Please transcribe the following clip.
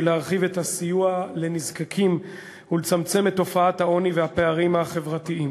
להרחיב את הסיוע לנזקקים ולצמצם את תופעת העוני והפערים החברתיים.